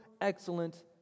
excellent